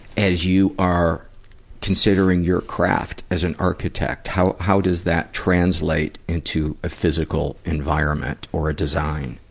as you are considering your craft as an architect? how, how does that translate into a physical environment or a design?